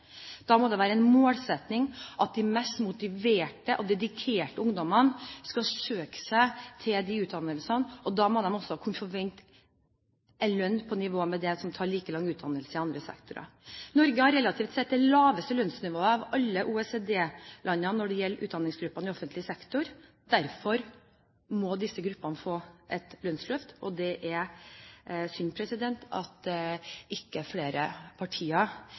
Da må det være en målsetting at de mest motiverte og dedikerte ungdommene skal søke seg til de utdannelsene, og da må de også kunne forvente en lønn på nivå med dem som tar like lang utdannelse i andre sektorer. Norge har relativt sett det laveste lønnsnivået av alle OECD-landene når det gjelder utdanningsgruppene i offentlig sektor, derfor må disse gruppene få et lønnsløft. Det er synd at ikke flere partier